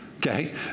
Okay